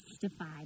justified